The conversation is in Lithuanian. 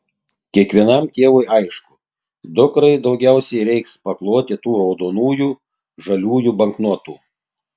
kiekvienam tėvui aišku dukrai daugiausiai reiks pakloti tų raudonųjų žaliųjų banknotų